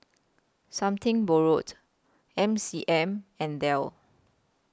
Something Borrowed M C M and Dell